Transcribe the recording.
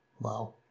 Wow